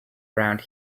around